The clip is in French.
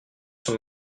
sont